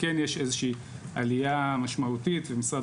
כן יש איזה שהיא עלייה משמעותית ומשרד